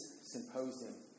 symposium